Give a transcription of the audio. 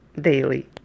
daily